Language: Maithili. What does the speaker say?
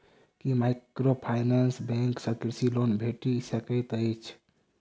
की माइक्रोफाइनेंस बैंक सँ कृषि लोन भेटि सकैत अछि?